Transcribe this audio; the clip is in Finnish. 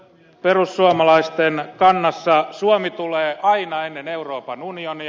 perussuomalaisten kannassa suomi tulee aina ennen euroopan unionia